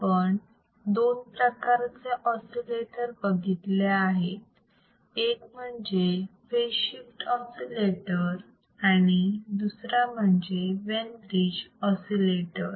आपण दोन प्रकार चे ऑसिलेटर बघितले आहेत एक म्हणजे फेज शिफ्ट ऑसिलेटर आणि दुसरा म्हणजे वेन ब्रिज ऑसिलेटर